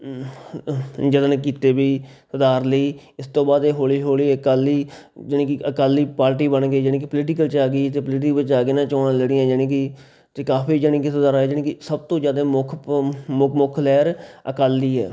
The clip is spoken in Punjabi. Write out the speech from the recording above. ਯਤਨ ਕੀਤੇ ਵੀ ਆਧਾਰ ਲਈ ਇਸ ਤੋਂ ਬਾਅਦ ਇਹ ਹੌਲੀ ਹੌਲੀ ਅਕਾਲੀ ਜਾਣੀ ਕਿ ਅਕਾਲੀ ਪਾਰਟੀ ਬਣ ਗਈ ਜਾਣੀ ਕਿ ਪੋਲੀਟੀਕਲ 'ਚ ਆ ਗਈ ਅਤੇ ਪੋਲੀਟੀਕਲ ਵਿੱਚ ਆ ਕੇ ਨਾ ਚੋਣਾਂ ਲੜੀਆਂ ਜਾਣੀ ਕਿ ਕਾਫੀ ਜਾਣੀ ਕਿ ਸੁਧਾਰ ਆਇਆ ਜਾਣੀ ਕਿ ਸਭ ਤੋਂ ਜ਼ਿਆਦਾ ਮੁੱਖ ਮੁੱਖ ਲਹਿਰ ਅਕਾਲੀ ਹੈ